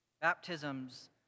Baptisms